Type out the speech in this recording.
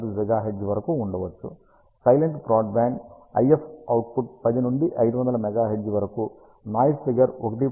5 GHz వరకు ఉండవచ్చు silent broadband IF output 10 నుండి 500 MHz వరకు నాయిస్ ఫిగర్ 1